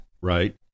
Right